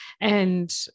And-